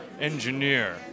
engineer